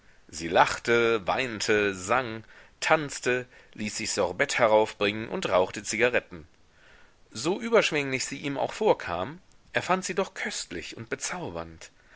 sie lachte weinte sang tanzte ließ sich sorbett heraufbringen und rauchte zigaretten so überschwenglich sie ihm auch vorkam er fand sie doch köstlich und bezaubernd